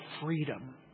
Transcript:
freedom